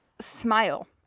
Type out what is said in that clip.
smile